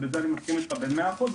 בזה אני מסכים איתך ב-100 אחוז.